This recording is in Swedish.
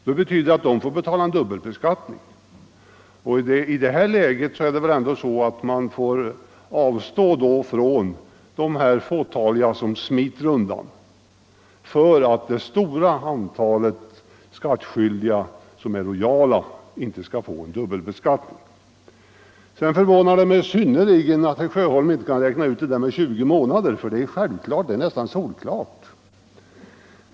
I det läget får man väl avstå från skatten från det fåtal människor som smiter undan för att det stora antalet skattskyldiga, som är lojala skattebetalare, inte skall bli dubbelbeskattade. Det gör mig synnerligen förvånad att herr Sjöholm inte kan räkna ut det där med de 20 månaderna — det är självklart; det är nästan solklart!